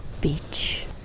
Beach